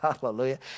Hallelujah